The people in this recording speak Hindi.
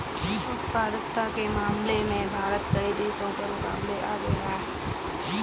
उत्पादकता के मामले में भारत कई देशों के मुकाबले बहुत आगे है